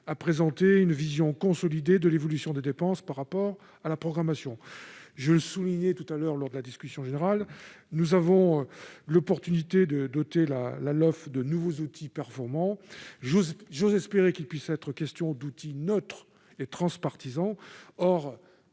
à présenter une vision consolidée de l'évolution des dépenses par rapport à la programmation. Comme je l'ai souligné lors de la discussion générale, nous avons la possibilité de doter la LOLF de nouveaux outils performants. J'ose espérer qu'il puisse être question d'outils neutres et transpartisans.